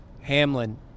Hamlin